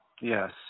yes